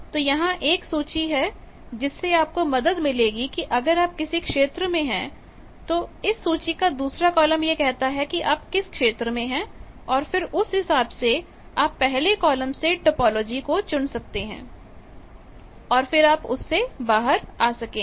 तो यहां एक सूची है जिससे आपको मदद मिलेगी कि अगर आप किसी क्षेत्र में है इस सूची का दूसरा कॉलम यह कहता है कि आप किस क्षेत्र में है और फिर उस हिसाब से आप पहले कॉलम से टोपोलॉजी को चुन सकते हैं और फिर आप उससे बाहर आ सकेंगे